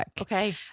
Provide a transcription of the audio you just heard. Okay